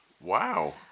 Wow